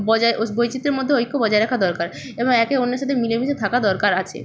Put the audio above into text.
বজায় ওস বৈচিত্রের মধ্যে ঐক্য বজায় রাখা দরকার এবং একে অন্যের সাথে মিলেমিশে থাকা দরকার আছে